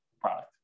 product